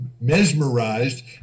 mesmerized